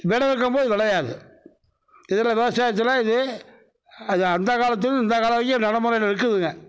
வெடை இருக்கும்போது விளையாது இதில் விவசாயத்தில் இது அது அந்த காலத்துலேயும் இந்த காலம் வரையும் நடமுறையில் இருக்குதுங்க